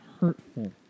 hurtful